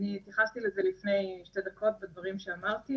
אני התייחסתי לזה לפני שתי דקות בדברים שאמרתי,